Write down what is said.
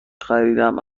خریدم